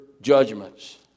judgments